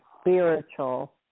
spiritual